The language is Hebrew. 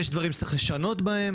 יש דברים שצריך לשנות אותם,